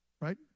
right